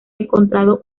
encontrado